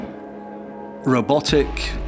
robotic